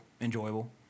enjoyable